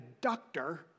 doctor